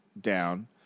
down